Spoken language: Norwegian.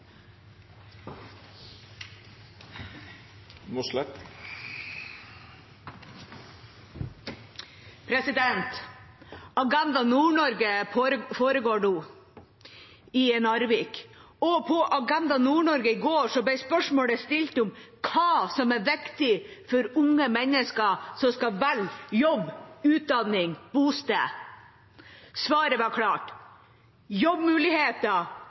foregår nå i Narvik, og på Agenda Nord-Norge i går ble det stilt spørsmål om hva som er viktig for unge mennesker som skal velge jobb, utdanning og bosted. Svaret var klart: jobbmuligheter,